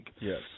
Yes